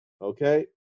Okay